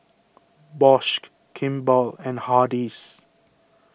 Bosch Kimball and Hardy's